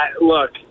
Look